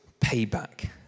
Payback